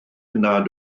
nad